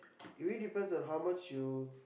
it really depends on how much you